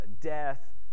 death